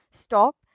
Stop